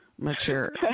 mature